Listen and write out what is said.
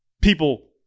people